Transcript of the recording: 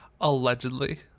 allegedly